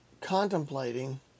contemplating